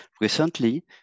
recently